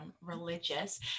religious